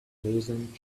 pleasant